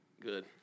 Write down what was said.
Good